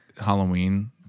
Halloween